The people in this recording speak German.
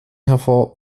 hervor